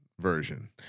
Version